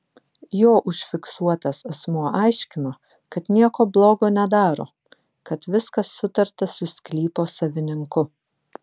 jo užfiksuotas asmuo aiškino kad nieko blogo nedaro kad viskas sutarta su sklypo savininku